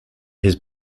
his